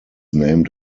named